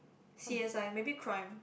c_s_i maybe crime